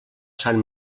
sant